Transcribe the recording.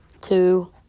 two